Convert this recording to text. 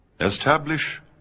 Establish